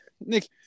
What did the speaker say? Nick